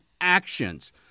actions